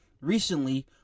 Recently